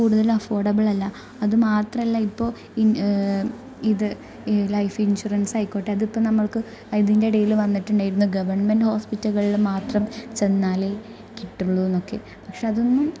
കൂടുതൽ അഫോർഡബളല്ല അതുമാത്രമല്ല ഇപ്പോൾ ഇത് ലൈഫ് ഇന്ഷുറന്സായിക്കോട്ടെ അതിപ്പം ഞങ്ങൾക്ക് അതിന്റെടേലു വന്നിട്ടുണ്ടായിരുന്നു ഗവണ്മെന്റ് ഹോസ്പിറ്റലിൽ മാത്രം ചെന്നാലേ കിട്ടുള്ളൂന്നൊക്കെ പക്ഷേ അതൊന്നും